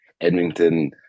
Edmonton